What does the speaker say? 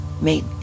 made